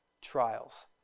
trials